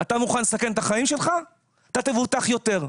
אתה מוכן לסכן את החיים שלך, אתה תבוטח יותר.